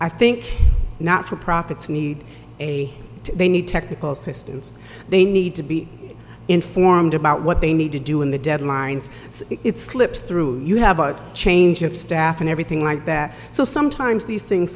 i think not for profits need a they need technical assistance they need to be informed about what they need to do in the deadlines so it slips through you have a change of staff and everything like that so sometimes these things